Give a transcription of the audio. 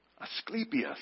Asclepius